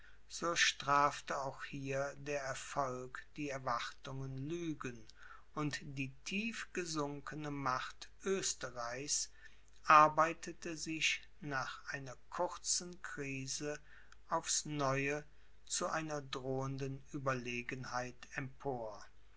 so strafte auch hier der erfolg die erwartungen lügen und die tief gesunkene macht oesterreichs arbeitete sich nach einer kurzen krise aufs neue zu einer drohenden ueberlegenheit empor